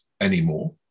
anymore